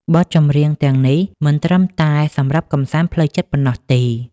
បទចម្រៀងទាំងនេះមិនត្រឹមតែសំរាប់កម្សាន្តផ្លូវចិត្តប៉ុណ្ណោះទេ